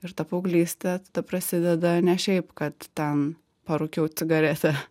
ir ta paauglystė tada prasideda ne šiaip kad ten parūkiau cigaretę